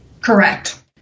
Correct